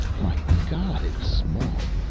my god, it's small!